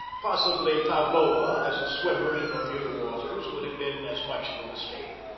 possibly pavlowa as a swimmer in bermuda waters would have been as much of a mistake.